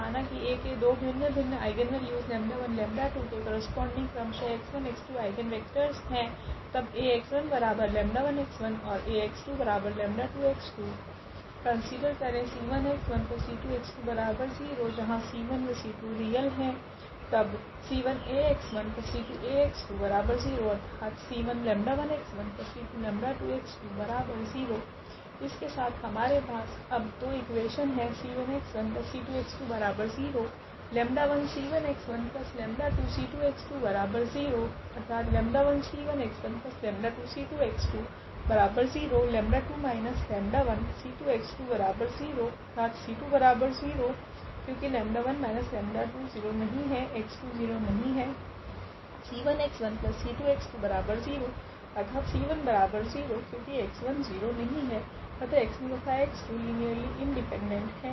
माना की A के दो भिन्न भिन्न आइगनवेल्यूस 𝜆1𝜆2 के करस्पोंडिंग क्रमशः 𝑥1 𝑥2 आइगनवेक्टरस है तब 𝐴𝑥1𝜆1𝑥1 𝐴𝑥2𝜆2𝑥2 कन्सिडर 𝑐1𝑥1𝑐2𝑥20 𝑐12∈ℝ तब 𝑐1𝐴𝑥1𝑐2𝐴𝑥20 ⇒𝑐1𝜆1𝑥1𝑐2𝜆2𝑥20 इसके साथ हमारे पास अब दो इकुवेशनस है अतः x1 तथा x2 लीनियरली इंडिपेंडेंट है